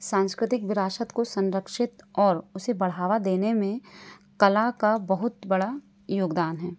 सांस्कृतिक विरासत को संरक्षित और उसे बढ़ावा देने में कला का बहुत बड़ा योगदान है